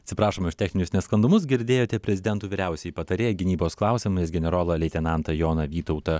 atsiprašom už techninius nesklandumus girdėjote prezidentų vyriausiąjį patarėją gynybos klausimais generolą leitenantą joną vytautą